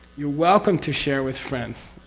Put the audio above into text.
you're welcome to share with friends.